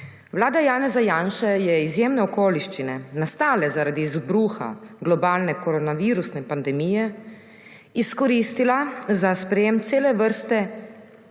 Vlada Janeza Janše je izjemne okoliščine, nastale zaradi izbruha globalne koronavirusne pandemije, izkoristila za sprejetje cele vrste